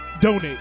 donate